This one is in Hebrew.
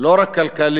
לא רק כלכלי-חברתי